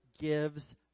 gives